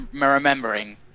Remembering